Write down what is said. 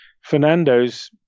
Fernando's